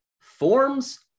Forms